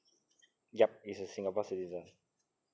yup he is a singapore citizen